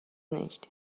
nicht